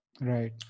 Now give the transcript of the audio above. right